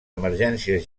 emergències